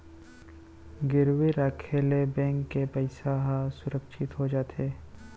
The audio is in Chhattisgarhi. गिरवी राखे ले बेंक के पइसा ह सुरक्छित हो जाथे